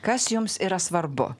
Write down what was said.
kas jums yra svarbu